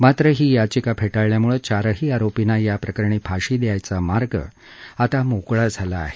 मात्र ही याचिका फेटाळल्यामुळे चारही आरोपींना या प्रकरणी फाशी देण्याचा मार्ग आता मोकळा झाला आहे